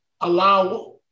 allow